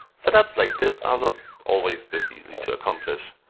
setups like this are not always this easy to accomplish.